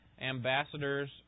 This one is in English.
ambassadors